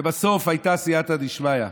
ובסוף הייתה סייעתא דשמיא.